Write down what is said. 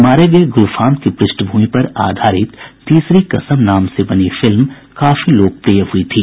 मारे गये गूलफाम की पृष्ठभूमि पर आधारित तीसरी कसम नाम से बनी फिल्म काफी लोकप्रिय हई थी